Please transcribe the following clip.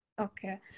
Okay